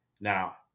Now